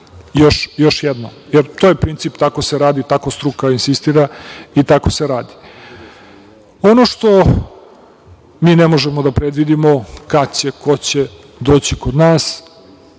još jedno. Jer, to je princip, tako se radi, tako struka insistira i tako se radi. Ono što mi ne možemo da predvidimo kada će, ko će doći kod nas,